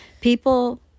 People